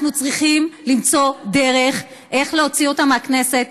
אנחנו צריכים למצוא דרך להוציא אותה מהכנסת,